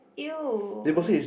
!eww!